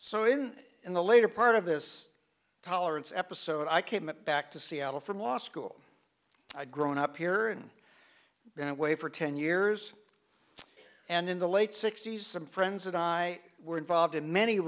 so in in the later part of this tolerance episode i came back to seattle from law school i'd grown up here and that way for ten years and in the late sixties some friends and i were involved in many